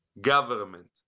government